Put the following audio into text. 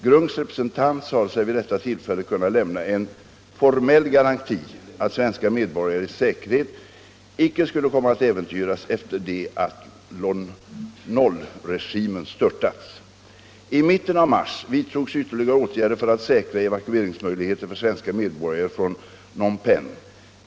GRUNK:s representant sade sig vid detta tillfälle kunna lämna en ”formell garanti” att svenska medborgares säkerhet icke skulle komma att äventyras efter det att Lon Nol-regimen störtats. I mitten av mars vidtogs ytterligare åtgärder för att säkra evakueringsmöjligheter för svenska medborgare från Phnom Penh.